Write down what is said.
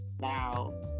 Now